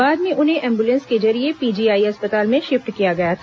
बाद में उन्हें एंबुलेंस के जरिये पीजीआई अस्पताल में शिफ्ट किया गया था